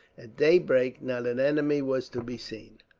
at daybreak, not an enemy was to be seen.